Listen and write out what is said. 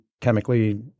chemically